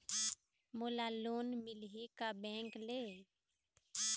मोला लोन मिलही का बैंक ले?